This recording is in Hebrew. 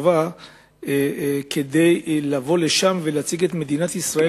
כדאי לבוא לשם ולהציג את מדינת ישראל